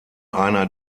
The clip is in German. einer